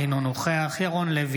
אינו נוכח ירון לוי,